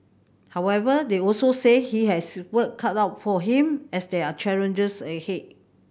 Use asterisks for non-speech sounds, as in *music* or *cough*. however they also said he has *unintelligible* work cut out for him as there are challenges ahead